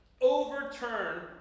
overturn